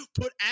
put